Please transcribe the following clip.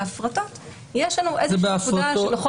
בהפרטה יש לנו איזושהי נקודה של,